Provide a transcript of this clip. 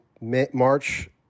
March